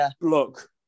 look